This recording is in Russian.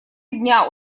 дня